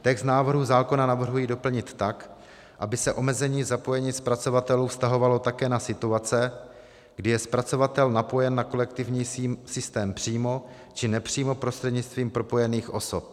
Text návrhu zákona navrhuji doplnit tak, aby se omezení zapojení zpracovatelů vztahovalo také na situace, kdy je zpracovatel napojen na kolektivní systém přímo či nepřímo prostřednictvím propojených osob.